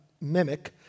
mimic